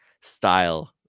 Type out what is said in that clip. style